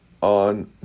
on